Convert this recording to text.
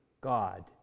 God